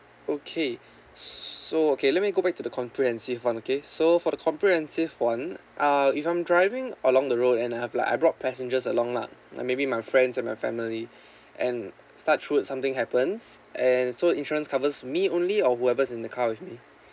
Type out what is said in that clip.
okay s~ so okay let me go back to the comprehensive [one] okay so for the comprehensive [one] uh if I'm driving along the road and I have like I brought passengers along lah like maybe my friends and my family and touch wood something happens and so insurance covers me only or whoever's in the car with me